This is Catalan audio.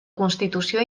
constitució